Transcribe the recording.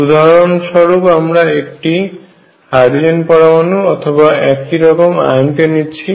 উদাহরণস্বরূপ আমরা একটি হাইড্রোজেন পরমাণু অথবা একই রকম আয়নকে নিচ্ছি